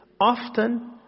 often